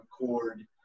record